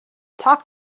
talk